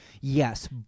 Yes